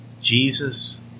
Jesus